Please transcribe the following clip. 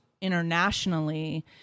internationally